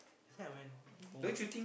that time I went no